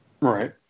right